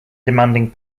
demanding